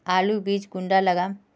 आलूर बीज कुंडा लगाम?